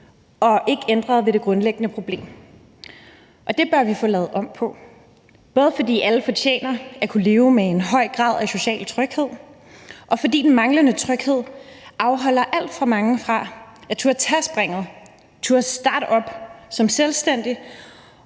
og ikke ændret ved det grundlæggende problem. Det bør vi få lavet om på, både fordi alle fortjener at kunne leve med en høj grad af social tryghed, og fordi den manglende tryghed afholder alt for mange fra at turde tage springet, turde starte op som selvstændig,